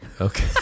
Okay